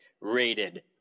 rated